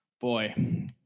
boy